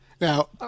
Now